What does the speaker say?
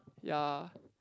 ya